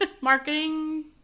Marketing